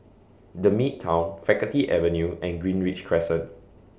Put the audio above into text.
The Midtown Faculty Avenue and Greenridge Crescent